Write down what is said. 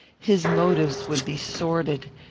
his motives would be sordid,